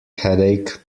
headache